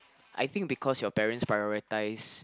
I think because your parents prioritise